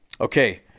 Okay